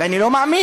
ואני לא מאמין.